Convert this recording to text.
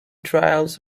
trials